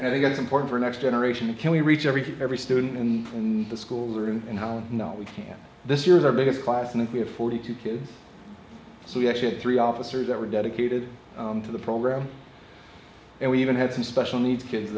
and i think it is important for next generation can we reach every every student in the school room and not we can this year is our biggest class and if we have forty two kids so we actually had three officers that were dedicated to the program and we even had some special needs kids